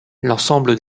l’ensemble